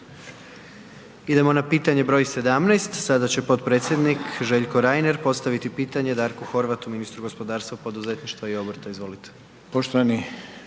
Idemo na pitanje br. 17. Sada će potpredsjednik Željko Reiner postaviti pitanje Darku Horvatu, ministru gospodarstva, poduzetništva i obrta, izvolite.